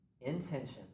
intention